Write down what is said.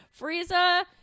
Frieza